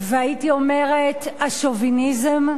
והייתי אומרת, השוביניזם,